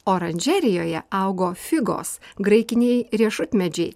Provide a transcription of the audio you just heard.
oranžerijoje augo figos graikiniai riešutmedžiai